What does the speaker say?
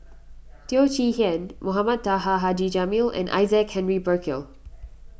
Teo Chee Hean Mohamed Taha Haji Jamil and Isaac Henry Burkill